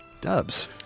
Dubs